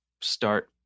start